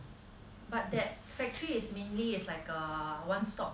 but that factory is mainly is like a one stop